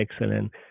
Excellent